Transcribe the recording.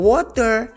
Water